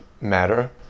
matter